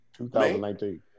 2019